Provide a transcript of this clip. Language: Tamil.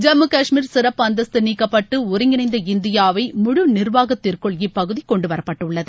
ஜம்மு காஷ்மீர் சிறப்பு அந்தஸ்த்து நீக்கப்பட்டு ஒருங்கிணைந்த இந்தியாவை முழு நிர்வாகத்திற்குள் இப்பகுதி கொண்டுவரப்பட்டுள்ளது